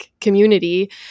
community